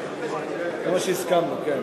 זה מה שהסכמנו, כן.